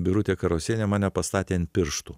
birutė karosienė mane pastatė ant pirštų